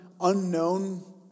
unknown